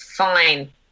Fine